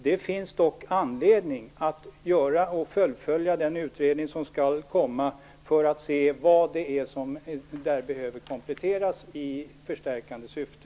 Det finns dock anledning att fullfölja den utredning som skall komma för att se vad det är som behöver kompletteras i förstärkande syfte.